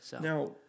Now